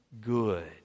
good